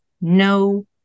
no